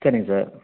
சரிங்க சார்